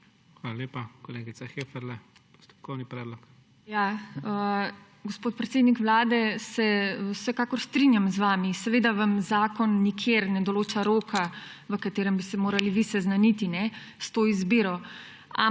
Hvala lepa. Kolegica Heferle, postopkovni predlog. TINA HEFERLE (PS LMŠ): Gospod predsednik Vlade, se vsekakor strinjam z vami. Seveda vam zakon nikjer ne določa roka, v katerem bi se morali vi seznaniti s to izbiro.